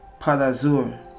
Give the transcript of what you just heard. Padazur